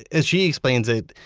as she explains it,